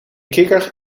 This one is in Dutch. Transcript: kikker